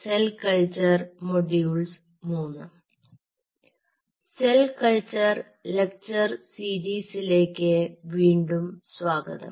cell culture lecture സീരീസിലേക്ക് വീണ്ടും സ്വാഗതം